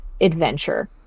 adventure